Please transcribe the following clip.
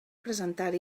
presentar